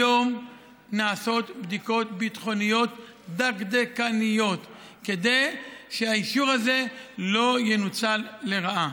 היום נעשות בדיקות ביטחוניות דקדקניות כדי שהאישור הזה לא ינוצל לרעה.